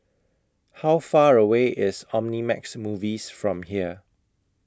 How Far away IS Omnimax Movies from here